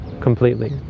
completely